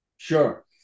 Sure